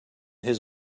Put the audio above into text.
his